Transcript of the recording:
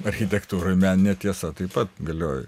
architektūroj meninė tiesa taip pat galioja